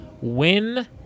win